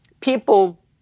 people